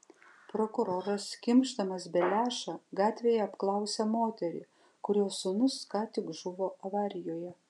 prokuroras kimšdamas beliašą gatvėje apklausia moterį kurios sūnus ką tik žuvo avarijoje